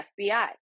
FBI